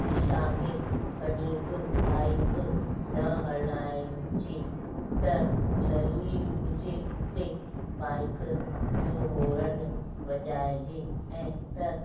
दिशा में कॾहिं बि बाइक न हलाइजे त ज़रूरी हुजे उते बाइक जो हॉर्न वजाइजे ऐं त